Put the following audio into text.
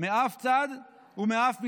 מאף צד ומאף מפלגה.